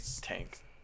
tank